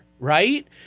Right